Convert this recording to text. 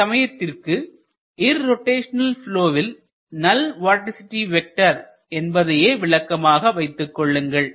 தற்சமயத்துக்கு irrotational ப்லொவில் null vorticity vector என்பதையே விளக்கமாக வைத்துக் கொள்ளுங்கள்